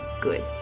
good